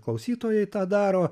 klausytojai tą daro